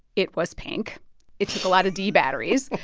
it was pink it took a lot of d batteries.